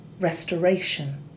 restoration